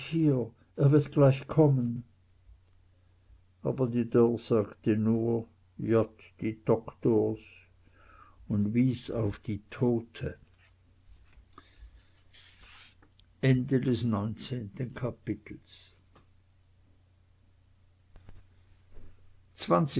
er wird gleich kommen aber die dörr sagte nur jott die doktors und wies auf die tote